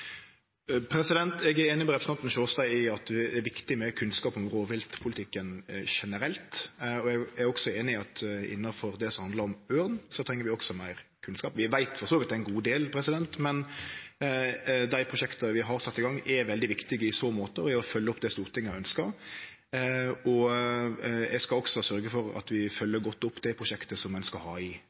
Eg er einig med representanten Sjåstad i at det er viktig med kunnskap om rovviltpolitikken generelt, og er også einig i at vi treng meir kunnskap innanfor det som handlar om ørn. Vi veit for så vidt ein god del, men dei prosjekta vi har sett i gang, er veldig viktige i så måte og i å følgje opp det som Stortinget har ønskt. Eg skal også sørgje for at vi følgjer godt opp det prosjektet som ein skal ha i